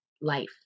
life